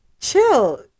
chill